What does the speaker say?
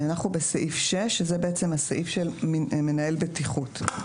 אנחנו בסעיף 6, הסעיף של מנהל בטיחות.